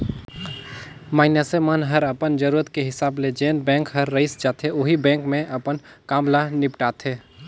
मइनसे मन हर अपन जरूरत के हिसाब ले जेन बेंक हर रइस जाथे ओही बेंक मे अपन काम ल निपटाथें